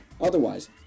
Otherwise